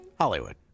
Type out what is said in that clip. Hollywood